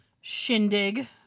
shindig